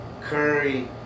Curry